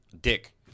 dick